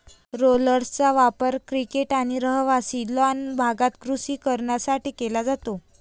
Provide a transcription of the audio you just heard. रोलर्सचा वापर क्रिकेट आणि रहिवासी लॉन भागात कृषी कारणांसाठी केला जातो